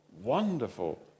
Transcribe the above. wonderful